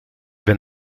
ben